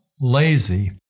lazy